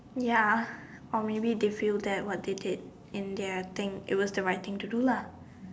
ya or maybe they feel that what they did in their thing it was the right thing to do lah